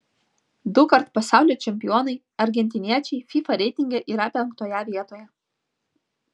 dukart pasaulio čempionai argentiniečiai fifa reitinge yra penktoje vietoje